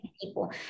people